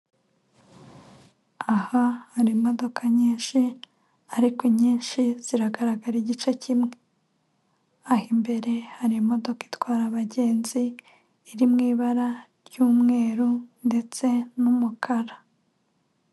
Aha hari imodoka nyinshi ariko nyinshi ziragaragara igice kimwe, ahaimbere hari imodoka itwara abagenzi iri mu ibara ry'umweru ndetse n'umukara.